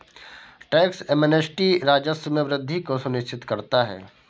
tax amnesty राजस्व में वृद्धि को सुनिश्चित करता है